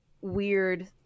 weird